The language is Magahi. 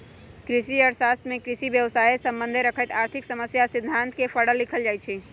कृषि अर्थ शास्त्र में कृषि व्यवसायसे सम्बन्ध रखैत आर्थिक समस्या आ सिद्धांत के पढ़ल लिखल जाइ छइ